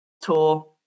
tour